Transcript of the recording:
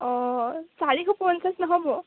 অঁ চাৰিশ পঞ্চাছ নহ'ব